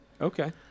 Okay